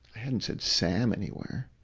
hadn't said sam anywhere